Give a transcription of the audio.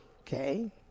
okay